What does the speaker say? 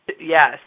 Yes